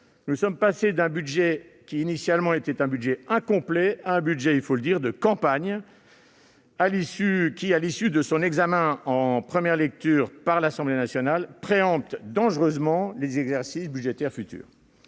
nous sommes passés d'un budget initialement « incomplet » à un budget « de campagne », qui, à l'issue de son examen en première lecture par l'Assemblée nationale, préempte dangereusement les exercices budgétaires futurs.